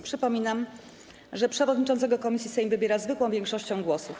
Przypominam, że przewodniczącego komisji Sejm wybiera zwykłą większością głosów.